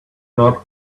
not